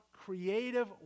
creative